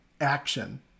action